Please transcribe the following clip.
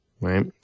right